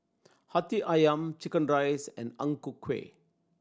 Hati Ayam chicken rice and Ang Ku Kueh